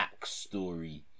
backstory